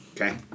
Okay